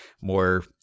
more